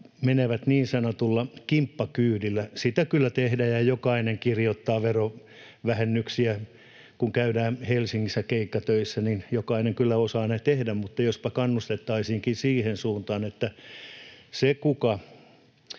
menevät niin sanotulla kimppakyydillä. Sitä kyllä tehdään, ja jokainen kirjoittaa verovähennyksiä, kun käydään Helsingissä keikkatöissä. Jokainen kyllä osaa ne tehdä, mutta jospa kannustettaisiinkin toiseen suuntaan. Sille, kuka